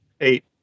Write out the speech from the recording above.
Eight